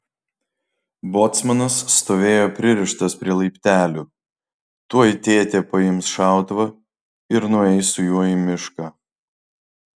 bocmanas stovėjo pririštas prie laiptelių tuoj tėtė paims šautuvą ir nueis su juo į mišką